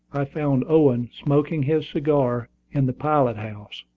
i found owen smoking his cigar in the pilot-house.